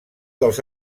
dels